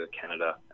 Canada